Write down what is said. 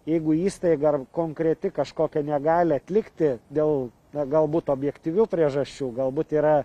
jeigu įstaiga ar konkreti kažkokia negali atlikti dėl galbūt objektyvių priežasčių galbūt yra